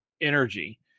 energy